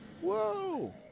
Whoa